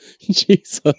Jesus